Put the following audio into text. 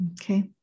okay